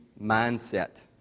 mindset